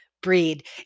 breed